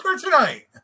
tonight